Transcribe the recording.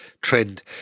trend –